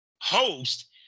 host